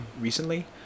recently